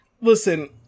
listen